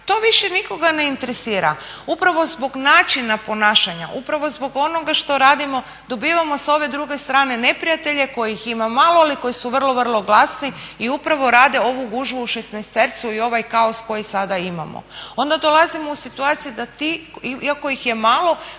To više nikoga ne interesira. Upravo zbog načina ponašanja, upravo zbog onoga što radimo dobivamo s ove druge strane neprijatelje kojih ima malo ali koji su vrlo, vrlo glasni i upravo rade ovu gužvu u šesnaestercu i ovaj kaos koji sada imamo. Onda dolazimo u situacije da ti, iako ih je malo,